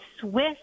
Swiss